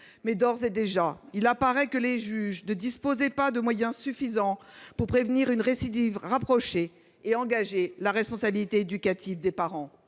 d’ores et déjà que les juges ne disposaient pas de moyens suffisants pour prévenir une récidive rapprochée et engager la responsabilité éducative des parents.